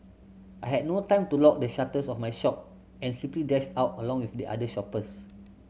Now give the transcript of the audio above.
I had no time to lock the shutters of my shop and simply dashed out along with the other shoppers